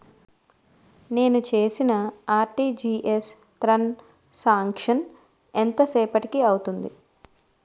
నేను చేసిన RTGS transaction ఎంత సేపటికి పూర్తి అవుతుంది?